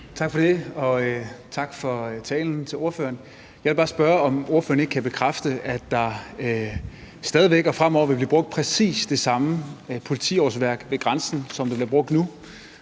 Tak for det, og tak til ordføreren for talen. Jeg vil bare spørge, om ordføreren ikke kan bekræfte, at der stadig væk og fremover vil blive brugt præcis det samme antal politiårsværk ved grænsen, som der bliver brugt nu.